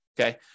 Okay